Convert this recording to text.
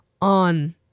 on